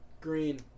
green